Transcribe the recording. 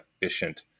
efficient